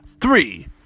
Three